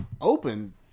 open